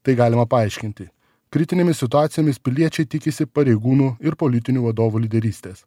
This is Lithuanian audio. tai galima paaiškinti kritinėmis situacijomis piliečiai tikisi pareigūnų ir politinių vadovų lyderystės